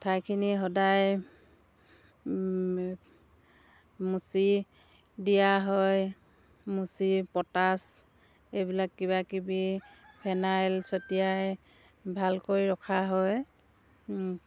ঠাইখিনি সদায় মুচি দিয়া হয় মুচি পটাছ এইবিলাক কিবা কিবি ফেনাইল ছটিয়াই ভালকৈ ৰখা হয়